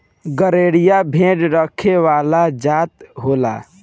गरेरिया भेड़ रखे वाला जात होला